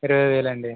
ఇరవై వేలాండి